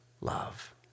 love